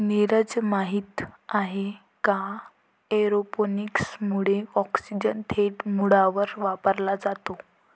नीरज, माहित आहे का एरोपोनिक्स मुळे ऑक्सिजन थेट मुळांवर वापरला जातो